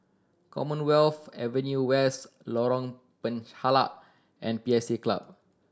Commonwealth Avenue West Lorong Penchalak and P S A Club